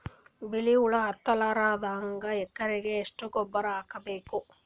ಬಿಳಿ ಹುಳ ಹತ್ತಲಾರದಂಗ ಎಕರೆಗೆ ಎಷ್ಟು ಗೊಬ್ಬರ ಹಾಕ್ ಬೇಕು?